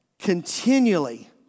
continually